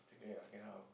Instagram ah cannot ah bro